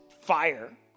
fire